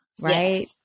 right